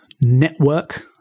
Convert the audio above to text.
network